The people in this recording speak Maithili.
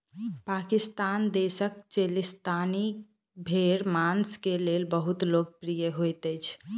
पाकिस्तान देशक चोलिस्तानी भेड़ मांस के लेल बहुत लोकप्रिय होइत अछि